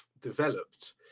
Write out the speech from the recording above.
developed